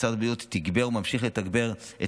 משרד הבריאות תגבר וממשיך לתגבר את